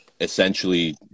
essentially